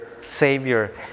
Savior